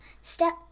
Step